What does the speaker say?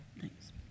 Thanks